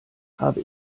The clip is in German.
habe